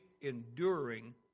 enduring